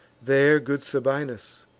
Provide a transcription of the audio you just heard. there good sabinus,